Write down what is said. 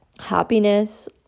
happiness